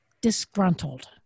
disgruntled